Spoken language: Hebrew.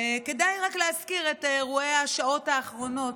וכדאי רק להזכיר את אירועי השעות האחרונות.